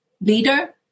leader